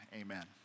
amen